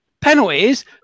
penalties